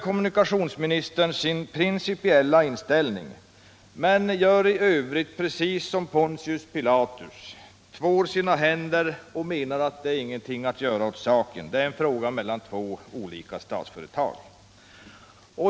Kommunikationsministern uttrycker sin principiella inställning men gör i övrigt som Pontius Pilatus — tvår sina händer och menar att det är ingenting att göra åt saken. Det här är en fråga mellan två olika statsföretag.